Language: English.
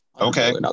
Okay